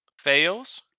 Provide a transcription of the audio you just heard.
fails